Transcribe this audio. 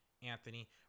Anthony